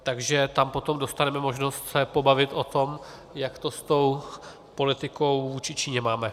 Takže tam potom dostaneme možnost se pobavit o tom, jak to s tou politikou vůči Číně máme.